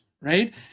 right